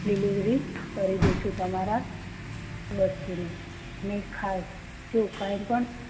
delivery કરી દેસશું તમારા વસ્તુની ને ખાસ જો કાઇ પણ